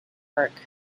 park